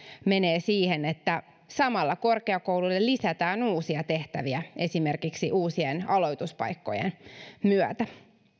menee siihen että samalla korkeakouluille lisätään uusia tehtäviä esimerkiksi uusien aloituspaikkojen myötä